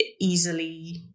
easily